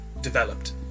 developed